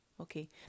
Okay